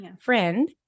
friend